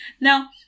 Now